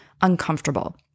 uncomfortable